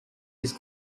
his